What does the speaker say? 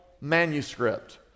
manuscript